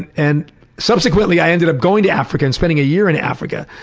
and and subsequently i ended up going to africa and spent a year in africa,